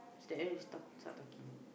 cause like that we stop start talking